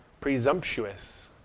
presumptuous